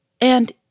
And